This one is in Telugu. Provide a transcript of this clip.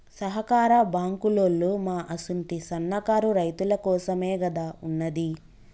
సహకార బాంకులోల్లు మా అసుంటి సన్నకారు రైతులకోసమేగదా ఉన్నది